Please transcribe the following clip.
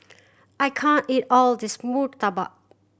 I can't eat all of this murtabak